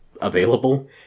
available